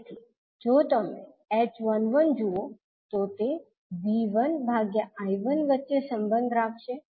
તેથી જો તમે h11 જુઓ તો તે V1I1 વચ્ચે સંબંધ રાખશે